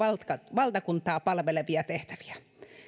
valtakuntaa palvelevia tehtäviä